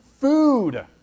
food